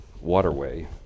waterway